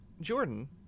Jordan